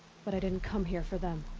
but i didn't come here for them.